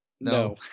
No